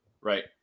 right